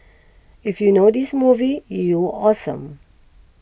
if you know this movie you awesome